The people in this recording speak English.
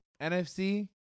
NFC